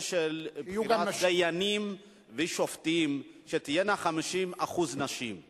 של בחירת דיינים ושופטים 50% יהיו נשים?